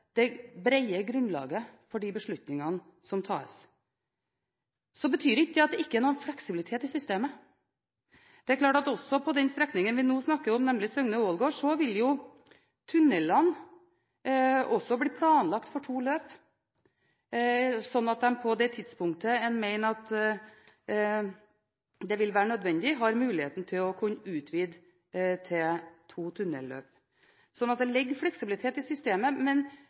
det brede grunnlaget for de beslutningene som tas. Det betyr ikke at det ikke er noen fleksibilitet i systemet. Det er klart at det også på den strekningen vi nå snakker om, nemlig Søgne–Ålgård, vil tunnelene bli planlagt for to løp, slik at man har muligheten til å utvide til to tunnelløp på det tidspunktet man mener at det er nødvendig. Det ligger altså fleksibilitet i systemet. Men